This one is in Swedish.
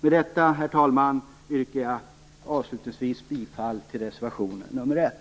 Herr talman! Avslutningsvis yrkar jag bifall till reservation nr 1.